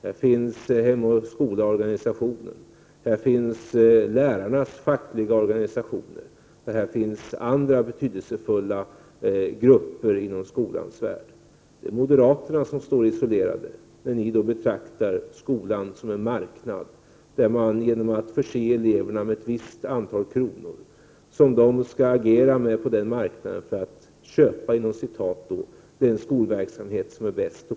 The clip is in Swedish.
Här finns Hem och skola-organisationen, lärarnas fackliga organisationer och andra betydelsefulla grupper inom skolans värld. Det är moderaterna som står isolerade och som betraktar skolan som en marknad. Genom att förse eleverna med ett visst antal kronor skall de agera på denna marknad för att ”köpa” den skolverksamhet som är bäst.